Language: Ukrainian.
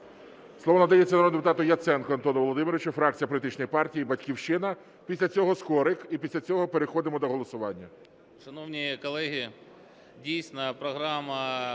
Слово надається народному депутату Яценку Антону Володимировичу, фракція політичної партії "Батьківщина". Після цього Скорик. І після цього переходимо до голосування.